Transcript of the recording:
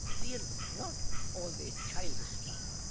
real, not all the childish stuff,